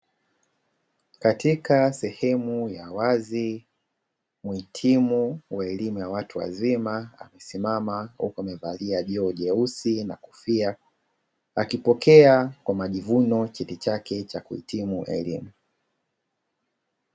Katika sehemu ya wazi muhitimu wa elimu ya watu wazima amesimama huko amevalia joho jeusi na kofia, akipokea kwa majivuno cheti chake cha kuhitimu elimu.